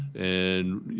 and, you